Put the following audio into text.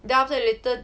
then after that later